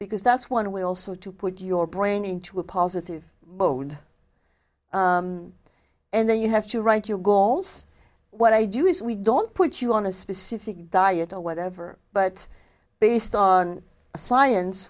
because that's one way also to put your brain into a positive mode and then you have to write your goals what i do is we don't put you on a specific diet or whatever but based on science